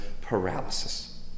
paralysis